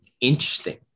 interesting